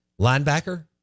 Linebacker